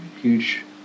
huge